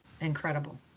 incredible